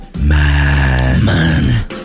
man